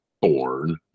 born